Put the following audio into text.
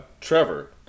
Trevor